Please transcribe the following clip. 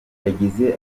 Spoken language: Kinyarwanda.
yagize